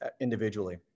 individually